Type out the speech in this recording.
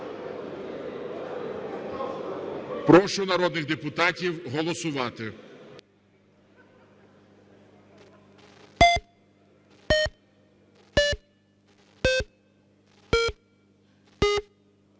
Прошу народних депутатів голосувати.